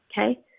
okay